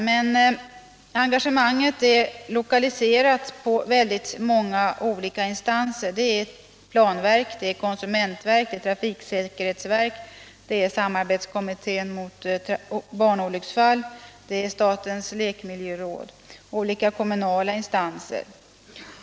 Men engagemanget är lokaliserat på alltför många instanser — planverket, konsumentverket, trafiksäkerhetsverket, samarbetskommittén mot barnolycksfall, statens lekmiljöråd och olika kommunala instanser.